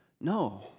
No